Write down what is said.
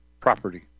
property